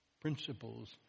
principles